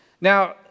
Now